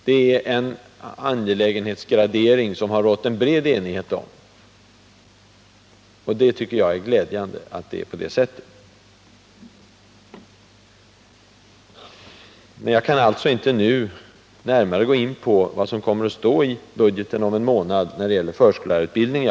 Det är en angelägenhetsgradering som det har rått bred enighet om. Jag kan alltså inte nu gå närmare in på vad som kommer att stå i budgeten när det gäller förskollärarutbildningen.